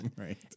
right